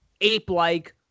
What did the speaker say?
ape-like